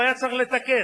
והוא היה צריך לתקן,